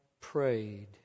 prayed